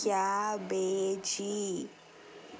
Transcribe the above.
cabbage